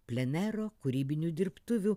plenero kūrybinių dirbtuvių